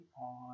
on